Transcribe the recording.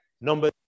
Number